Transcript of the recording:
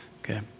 okay